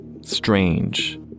strange